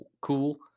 cool